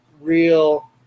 real